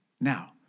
Now